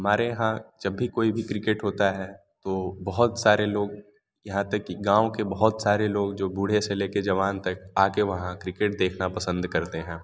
हमारे यहाँ जब भी कोई भी क्रिकेट होता है तो बहुत सारे लोग यहाँ तक कि गाँव के बहुत सारे लोग जो बूढ़े से ले कर जवान तक आ के वहाँ क्रिकेट देखना पसंद करते हैं